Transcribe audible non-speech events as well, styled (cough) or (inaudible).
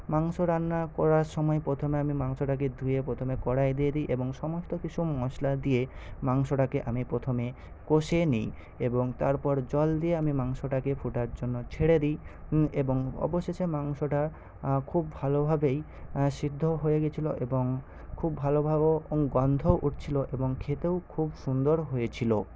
মাংস রান্না করার সময় প্রথমে আমি মাংসটাকে ধুয়ে প্রথমে কড়াইয়ে দিয়ে দিই এবং সমস্ত কিছু মশলা দিয়ে মাংসটাকে আমি প্রথমে কষিয়ে নিই এবং তারপর জল দিয়ে আমি মাংসটাকে ফোটার জন্য ছেড়ে দিই এবং অবশেষে মাংসটা খুব ভালোভাবেই সিদ্ধও হয়ে গিয়েছিল এবং খুব ভালো (unintelligible) গন্ধও উঠছিল এবং খেতেও খুব সুন্দর হয়েছিল